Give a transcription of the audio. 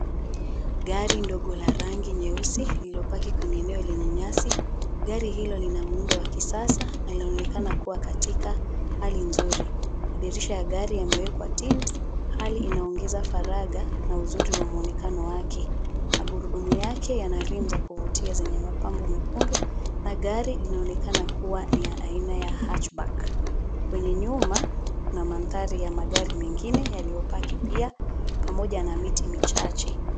Gari ndogo la rangi nyeusi lililopaki kwenye eneo lenye nyasi . Gari hilo lina muundo wa kisasa na inaonekana kuwa katika hali nzuri . Madirisha ya gari yamewekwa tint hali inaongeza faragha na uzuri wa muonekano wake. Magurudumu yake yana reams za kuvutia zenye mapambo mekundu , na gari linaonekana kuwa ni ya aina ya hatchback . Kwenye nyuma, kuna mandhari ya magari mengine yaliopaki pia, pamoja na miti michache.